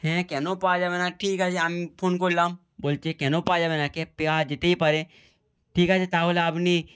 হ্যাঁ কেন পাওয়া যাবে না ঠিক আছে আমি ফোন করলাম বলছে কেন পাওয়া যাবে না ক্যাব পাওয়া যেতেই পারে ঠিক আছে তাহলে আপনি